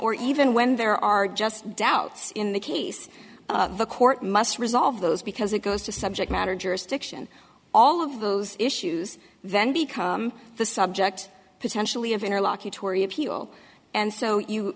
or even when there are just doubts in the case of the court must resolve those because it goes to subject matter jurisdiction all of those issues then become the subject potentially of